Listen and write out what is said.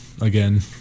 again